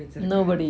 nobody